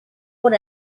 por